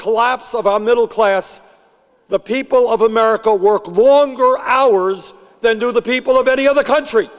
our middle class the people of america work longer hours than do the people of any other country